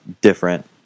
different